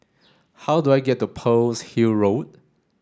how do I get to Pearl's Hill Road